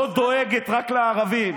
לא דואגת רק לערבים.